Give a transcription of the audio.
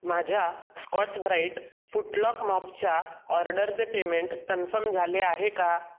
माझ्या Scotch Brite फुटलॉक मॉपच्या ऑर्डरचे पेमेंट कन्फम झाले आहे का